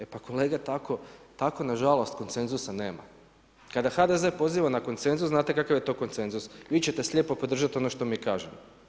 E pa kolege tako nažalost konsenzusa nema. kada HDZ poziva na konsenzus znate kakav je to konsenzus, vi ćete slijepo podržati ono što mi kažemo.